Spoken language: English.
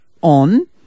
on